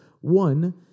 one